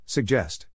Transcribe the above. Suggest